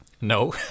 No